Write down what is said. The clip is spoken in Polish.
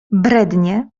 brednie